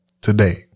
Today